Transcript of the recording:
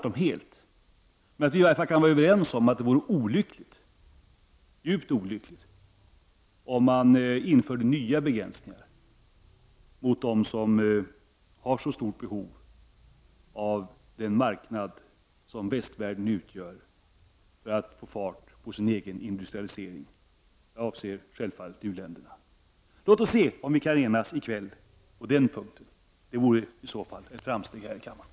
Det vore djupt olyckligt om nya begränsningar infördes mot dem som har så stort behov av den marknad som västvärlden utgör för att få fart på sin egen industrialisering. Jag avser självfallet u-länderna. Låt oss se om vi kan enas på den punkten i kväll! Det vore i så fall ett framsteg här i kammaren.